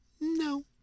No